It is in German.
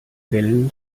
wellen